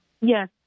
Yes